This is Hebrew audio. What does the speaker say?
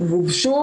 גובשו.